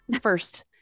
First